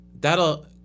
that'll